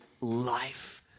life